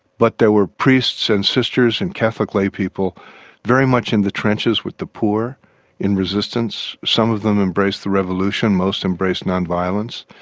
but there were priests and sisters and catholic laypeople very much in the trenches with the poor in resistance, some of them embraced the revolution, most embraced non-violence,